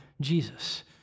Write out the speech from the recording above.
Jesus